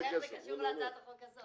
לא, אבל איך זה קשור להצעת החוק הזאת?